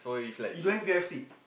you don't have U_F_C